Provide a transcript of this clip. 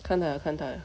看到 liao 看到 liao